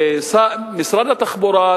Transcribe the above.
משרד התחבורה,